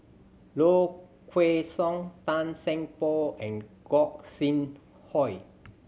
Low Kway Song Tan Seng Poh and Gog Sing Hooi